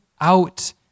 out